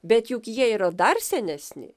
bet juk jie yra dar senesni